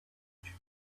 much